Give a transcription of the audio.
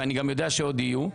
ואני גם יודע שעוד יהיו.